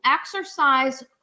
exercise